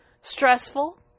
stressful